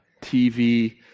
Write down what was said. TV